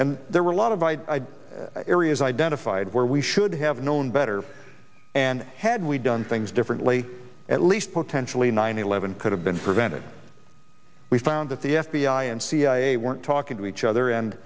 and there were a lot of my areas identified where we should have known better and had we done things differently at least potentially nine eleven could have been prevented we found that the f b i and cia weren't talking to each other and